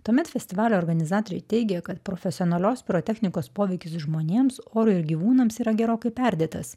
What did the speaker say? tuomet festivalio organizatoriai teigė kad profesionalios pirotechnikos poveikis žmonėms orui ir gyvūnams yra gerokai perdėtas